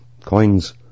coins